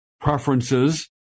preferences